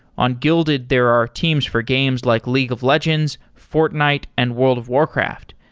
on guilded, there are teams for games like league of legends, fortnite and world of warcraft.